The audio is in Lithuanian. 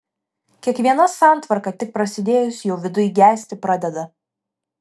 kiekviena santvarka tik prasidėjus jau viduj gesti pradeda